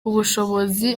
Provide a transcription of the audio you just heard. ubushobozi